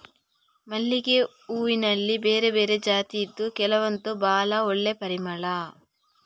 ಮಲ್ಲಿಗೆ ಹೂನಲ್ಲಿ ಬೇರೆ ಬೇರೆ ಜಾತಿ ಇದ್ದು ಕೆಲವಂತೂ ಭಾಳ ಒಳ್ಳೆ ಪರಿಮಳ